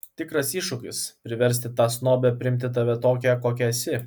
tikras iššūkis priversti tą snobę priimti tave tokią kokia esi